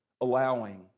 allowing